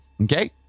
okay